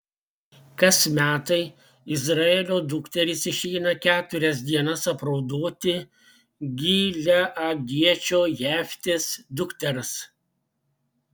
kas metai izraelio dukterys išeina keturias dienas apraudoti gileadiečio jeftės dukters